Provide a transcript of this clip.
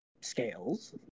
scales